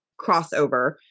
crossover